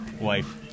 Wife